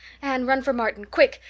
anne, run for martin quick,